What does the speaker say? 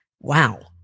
wow